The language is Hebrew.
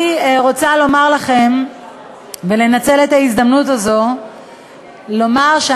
אני רוצה לנצל את ההזדמנות הזאת לומר לכם